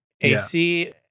AC